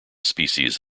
species